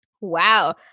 Wow